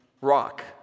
rock